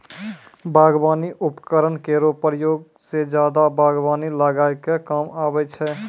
बागबानी उपकरन केरो प्रयोग सें जादा बागबानी लगाय क काम आबै छै